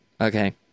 Okay